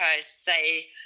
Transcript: say